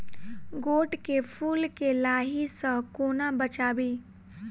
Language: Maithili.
गोट केँ फुल केँ लाही सऽ कोना बचाबी?